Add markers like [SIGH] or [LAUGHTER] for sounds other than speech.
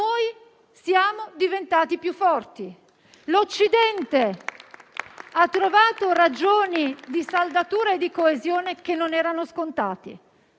Noi siamo diventati più forti. [APPLAUSE] L'Occidente ha trovato ragioni di saldatura e di coesione che non erano scontate